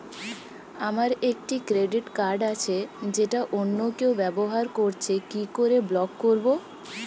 আমার একটি credit card আছে যেটা অন্য কেউ ব্যবহার করছে কি করে ব্লক করবো?